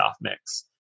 mix